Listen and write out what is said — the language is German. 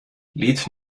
lied